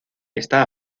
está